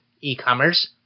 e-commerce